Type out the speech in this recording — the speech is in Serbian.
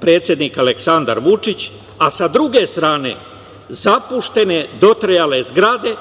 predsednik Aleksandar Vučić, a sa druge strane zapuštene, dotrajale zgrade,